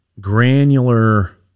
granular